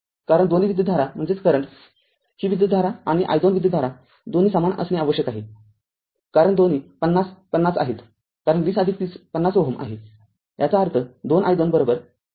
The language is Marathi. कारण दोन्ही विद्युतधारा ही विद्युतधारा आणि i२ विद्युतधारा दोन्ही समान असणे आवश्यक आहे कारण दोन्ही ५० ५० आहेत कारण २०३० ५० Ω आहेयाचा अर्थ २ i२ r i१आहे